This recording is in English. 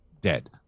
dead